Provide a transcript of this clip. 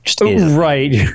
Right